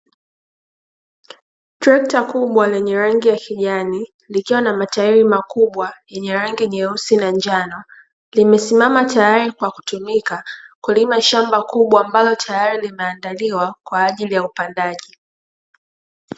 Trekita kubwa lenye rangi ya kijani likiwa na matairi makubwa, yenye rangi nyeusi na njano limesimama tayari kwa ya kutumika kulima shamba kubwa ambalo tayari limeandaliwa kwa ajili ya upandaji.